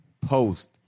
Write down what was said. post